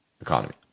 economy